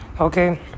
okay